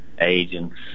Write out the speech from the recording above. agents